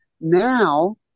Now